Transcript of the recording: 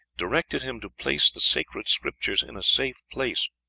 directed him to place the sacred scriptures in a safe place,